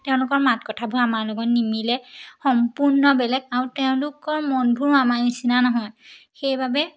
তেওঁলোকৰ মাত কথাবোৰ আমাৰ লগত নিমিলে সম্পূৰ্ণ বেলেগ আৰু তেওঁলোকৰ মনবোৰো আমাৰ নিচিনা নহয় সেইবাবে